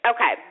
Okay